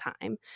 time